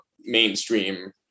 mainstream